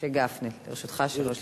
משה גפני, לרשותך שלוש דקות.